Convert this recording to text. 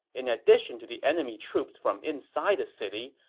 in addition to the enemy troops from inside the city,